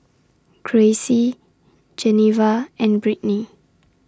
Gracie Geneva and Brittnie